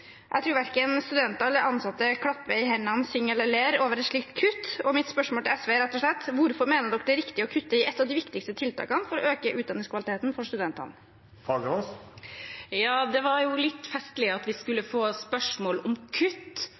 Jeg tror verken studenter eller ansatte klapper i hendene, synger eller ler over et slikt kutt, og mitt spørsmål til SV er rett og slett: Hvorfor mener de det er riktig å kutte i et av de viktigste tiltakene for å øke utdanningskvaliteten for studentene? Det er litt festlig at vi skulle få spørsmål om kutt